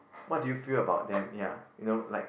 what do you feel about them ya you know like